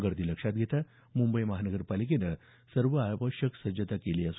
गर्दी लक्षात घेता मुंबई महानगरपालिकेनं सर्व आवश्यक सज्जता केली आहे